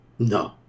No